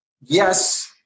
yes